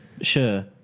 Sure